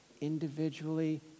individually